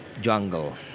jungle